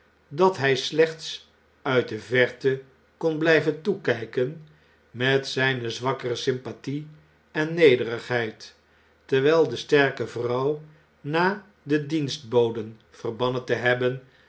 dat hjj slechts uit de verte kon blijven toekijken met zjjne zwakkere sympathie en nederigheid terwjjl de sterke vrouw na de dienstboden verbannen te hebben